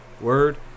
Word